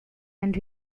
and